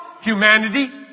humanity